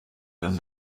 than